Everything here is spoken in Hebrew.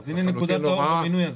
לחלוטין לא רעה.